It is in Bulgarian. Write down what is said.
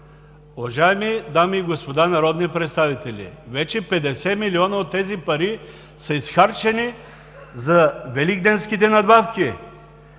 Уважаеми дами и господа народни представители, вече 50 милиона от тези пари са изхарчени за великденските надбавки.